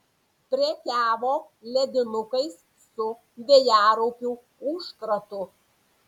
prekiavo ledinukais su vėjaraupių užkratu